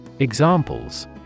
Examples